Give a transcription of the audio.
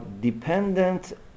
dependent